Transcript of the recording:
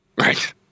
right